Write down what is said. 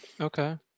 Okay